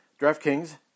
DraftKings